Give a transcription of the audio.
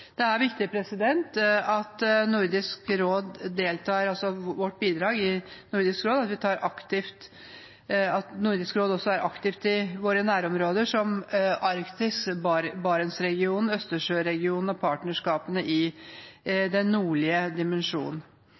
Det er viktig, og er også vårt bidrag, at Nordisk råd er aktiv i våre nærområder, som Arktis, Barentsregionen, Østersjøregionen og partnerskapene i den nordlige dimensjonen.